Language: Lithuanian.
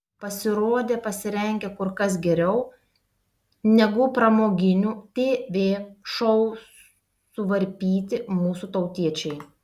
pasirodė pasirengę kur kas geriau negu pramoginių tv šou suvarpyti mūsų tautiečiai